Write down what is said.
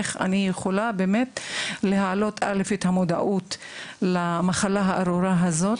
איך אני יכולה להעלות את המודעות למחלה הארורה הזו,